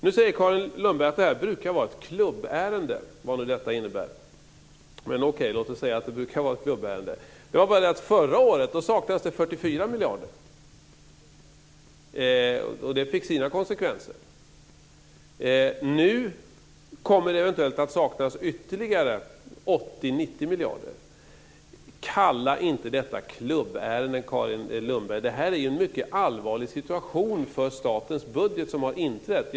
Nu säger Carin Lundberg att det här brukar vara ett klubbärende, vad nu detta innebär. Okej, låt oss säga att det brukar vara ett klubbärende. Det är bara det att förra året saknades det 44 miljarder, och det fick sina konsekvenser. Nu kommer det eventuellt att saknas ytterligare 80-90 miljarder. Kalla inte detta ett klubbärende, Carin Lundberg! Det här är en mycket allvarlig situation för statens budget som har inträtt.